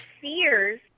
fears